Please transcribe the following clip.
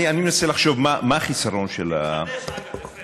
אני מנסה לחשוב מה החיסרון של, תתחדש, אגב.